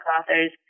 authors